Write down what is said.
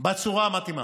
בצורה המתאימה,